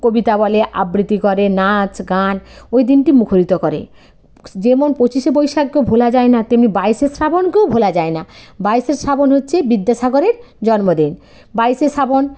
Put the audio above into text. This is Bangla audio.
কবিতা বলে আবৃতি করে নাচ গান ওই দিনটি মুখরিত করে যেমন পঁচিশে বৈশাককে ভোলা যায় না তেমনি বাইশে শ্রাবণকেও ভোলা যায় না বাইশে শ্রাবণ হচ্ছে বিদ্যাসাগরের জন্মদিন বাইশে শ্রাবণ